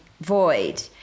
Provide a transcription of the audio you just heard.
Void